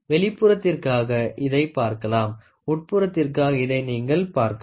வெளிப்புறத்திற்காக இதை பார்க்கலாம் உட்ப்புறத்திற்காக இதை நீங்கள் பார்க்கலாம்